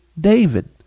David